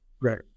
right